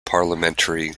parliamentary